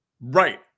Right